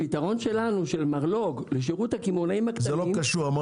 הפתרון שלנו של מרלו"ג לשירות הקמעונאים הקטנים --- זה לא המרלו"ג.